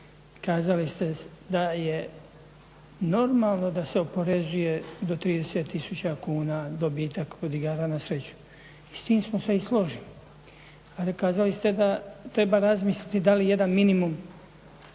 kazali ste da je normalno da se oporezuje do 30 000 kuna dobitak od igara na sreću i s tim smo se i složili. Ali kazali ste da treba razmisliti da li jedan minimum